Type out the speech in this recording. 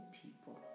people